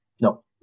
no